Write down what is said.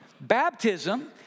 Baptism